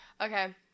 okay